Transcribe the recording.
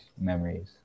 memories